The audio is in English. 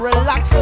Relax